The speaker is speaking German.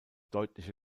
deutliche